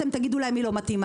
אתם תגידו להם היא לא מתאימה.